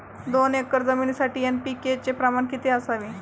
दोन एकर जमीनीसाठी एन.पी.के चे प्रमाण किती असावे?